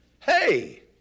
Hey